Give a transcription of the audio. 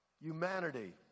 humanity